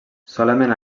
solament